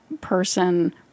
person